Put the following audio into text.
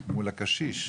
מול הקשיש,